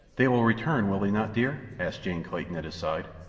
they will return, will they not, dear? asked jane clayton, at his side.